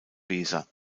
weser